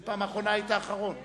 כי בפעם האחרונה היית אחרון.